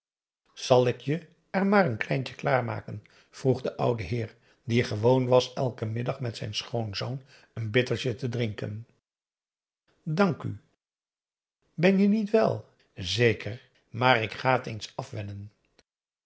zal ik je er maar eentje klaar maken vroeg de oude heer die gewoon was elken middag met zijn schoonzoon n bittertje te drinken dank u ben je niet wèl zeker maar ik ga het eens afwennen